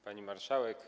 Pani Marszałek!